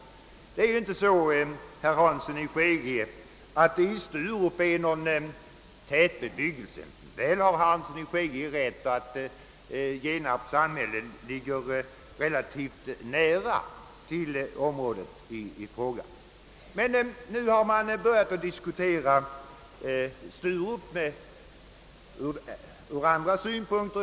Det är inte så, herr Hansson i Skegrie, att det finns någon tätbebyggelse i Sturup. Herr Hansson har dock rätt i att Genarps samhälle ligger relativt nära området i fråga. Nu har man från naturvårdshåll börjat diskutera Sturup ur andra synpunkter.